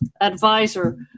advisor